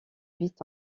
huit